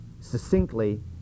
succinctly